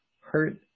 hurt